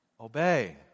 Obey